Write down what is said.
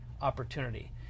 opportunity